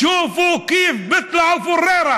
תראו איך הם יוצאים פוררה,